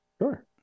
Sure